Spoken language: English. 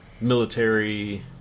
military